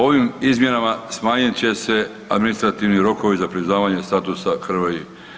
Ovim izmjenama smanjit će se administrativni rokovi za priznavanje statusa HRVI.